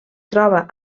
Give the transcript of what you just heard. troba